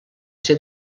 ser